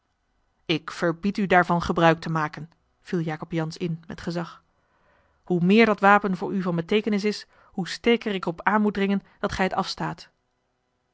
ik verbied u daarvan gebruik te maken viel jacob jansz in met gezag hoe meer dat wapen voor u van beteekenis is hoe sterker ik er op aan moet dringen dat gij het afstaat